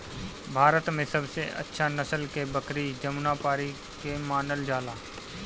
भारत में सबसे अच्छा नसल के बकरी जमुनापारी के मानल जाला